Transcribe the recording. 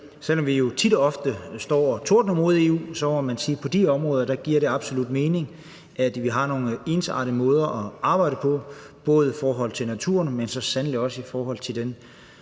selv om vi jo tit og ofte står og tordner mod EU, må man også sige, at det på de her områder absolut giver mening, at vi har nogle ensartede måder at arbejde på, både i forhold til naturen, men så sandelig også i forhold til den